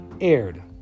aired